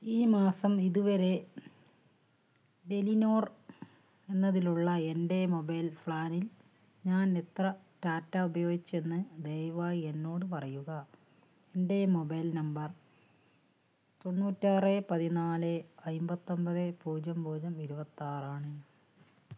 ഈ മാസം ഇതുവരെ ടെലിനോർ എന്നതിലുള്ള എൻ്റെ മൊബൈൽ പ്ലാനിൽ ഞാൻ എത്ര ഡാറ്റ ഉപയോഗിച്ചുവെന്ന് ദയവായി എന്നോട് പറയുക എൻ്റെ മൊബൈൽ നമ്പർ തൊണ്ണൂറ്റിയാറ് പതിനാല് അയ്മ്പത്തൊമ്പത് പൂജ്യം പൂജ്യം ഇരുപത്തിയാറാണ്